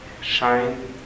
shine